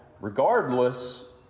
Regardless